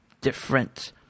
different